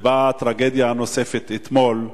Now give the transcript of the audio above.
ובאה הטרגדיה הנוספת אתמול,